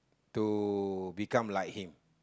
to become like him